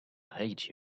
hate